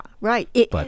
right